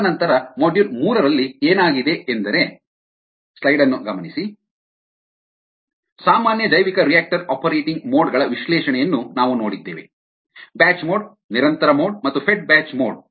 ತದನಂತರ ಮಾಡ್ಯೂಲ್ ಮೂರರಲ್ಲಿ ಏನಾಗಿದೆ ಎಂದರೆ ಸಾಮಾನ್ಯ ಜೈವಿಕರಿಯಾಕ್ಟರ್ ಆಪರೇಟಿಂಗ್ ಮೋಡ್ ಗಳ ವಿಶ್ಲೇಷಣೆಯನ್ನು ನಾವು ನೋಡಿದ್ದೇವೆ ಬ್ಯಾಚ್ ಮೋಡ್ ನಿರಂತರ ಮೋಡ್ ಮತ್ತು ಫೆಡ್ ಬ್ಯಾಚ್ ಮೋಡ್